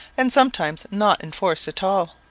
and sometimes not enforced at all.